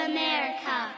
America